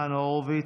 ניצן הורוביץ.